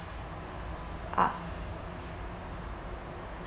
ah